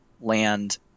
land